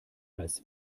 als